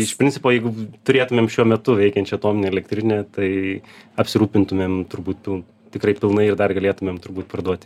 iš principo jeigu turėtumėm šiuo metu veikiančią atominę elektrinę tai apsirūpintumėm būtų tikrai pilnai ir dar galėtumėm turbūt parduoti